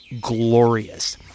glorious